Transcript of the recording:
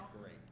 great